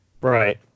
Right